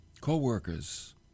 co-workers